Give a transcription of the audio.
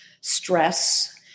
stress